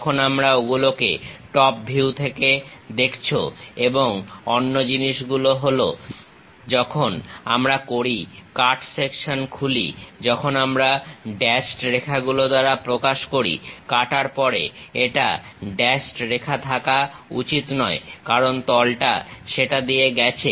যখন তোমরা ওগুলোকে টপ ভিউ থেকে দেখছো এবং অন্য জিনিস গুলো হলো যখন আমরা করি কাট সেকশন খুলি আমরা ড্যাশড রেখাগুলো দ্বারা প্রকাশ করি কাটার পর এটা ড্যাশড রেখা থাকা উচিত নয় কারণ তলটা সেটা দিয়ে গেছে